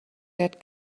that